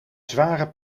zware